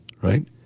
right